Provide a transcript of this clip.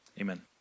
Amen